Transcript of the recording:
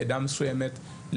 לעדה מסוימת,